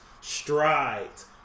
strides